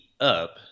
up